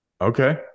Okay